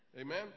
Amen